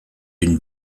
une